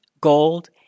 gold